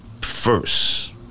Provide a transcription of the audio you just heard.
first